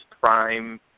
prime